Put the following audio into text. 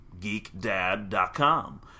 geekdad.com